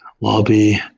lobby